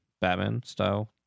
Batman-style